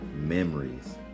Memories